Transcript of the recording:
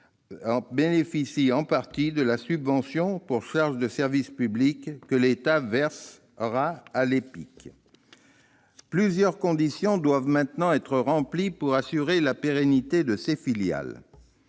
bénéficient en partie de la subvention pour charge de service public que l'État versera à l'EPIC. Plusieurs conditions doivent maintenant être remplies pour assurer la pérennité de ces filiales.